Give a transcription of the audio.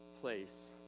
place